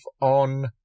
on